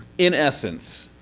in essence,